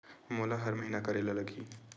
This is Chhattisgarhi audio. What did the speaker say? मोला हर महीना करे ल लगही?